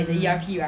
mm